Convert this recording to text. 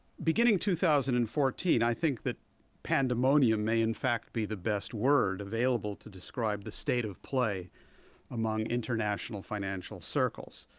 beginning two thousand and fourteen, i think that pandemonium may in fact be the best word available to describe the state of play among international financial circles.